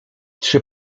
czy